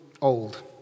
old